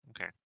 Okay